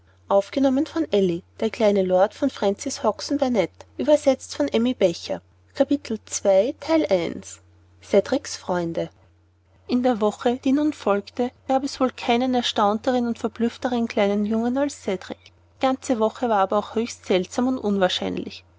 lord fauntleroy zweites kapitel in der woche die nun folgte gab es wohl keinen erstaunteren und verblüffteren kleinen jungen als cedrik die ganze woche war aber auch höchst seltsam und unwahrscheinlich